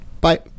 bye